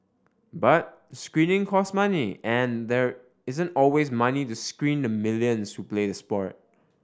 but screening costs money and there isn't always money to screen the millions play sport